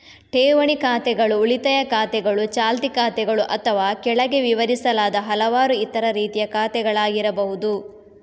ಠೇವಣಿ ಖಾತೆಗಳು ಉಳಿತಾಯ ಖಾತೆಗಳು, ಚಾಲ್ತಿ ಖಾತೆಗಳು ಅಥವಾ ಕೆಳಗೆ ವಿವರಿಸಲಾದ ಹಲವಾರು ಇತರ ರೀತಿಯ ಖಾತೆಗಳಾಗಿರಬಹುದು